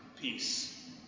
peace